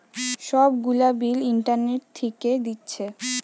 সব গুলা bill internet থিকে দিচ্ছে